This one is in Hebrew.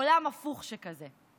עולם הפוך שכזה.